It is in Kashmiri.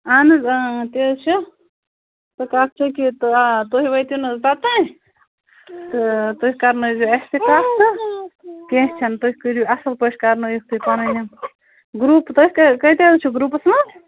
اَہَن حَظ آ تہِ حَظ چھُ تُہۍ کتھ کٮُ۪تھ چھُ آ تُہۍ وٲتِو نہَ حَظ توتانۍ تہٕ تُہۍ کرنٲوۍزیٚو اَسہِ کَتھ تہٕ کیٚنٛہہ چھُ نہٕ تُہۍ کٔرِو اَصٕل پٲٹھۍ کرنٲوۍہوٗس تُہۍ پنٕنٮ۪ن گرٛوٗپ تُہۍ کٲتیٛاہ حظ چھُو گرٛوٗپس منٛز